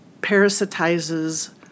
parasitizes